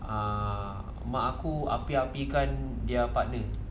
ah mak aku api-apikan their partner